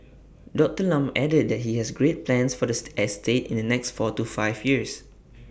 Doctor Lam added that he has great plans for the estate in the next four to five years